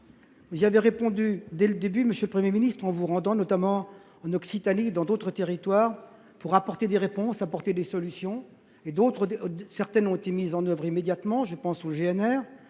vous avez répondu à ce mécontentement, monsieur le Premier ministre, en vous rendant notamment en Occitanie et dans d’autres territoires pour apporter des réponses. Certaines solutions ont été mises en œuvre immédiatement : je pense au